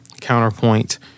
counterpoint